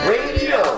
Radio